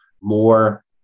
more